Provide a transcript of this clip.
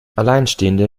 alleinstehende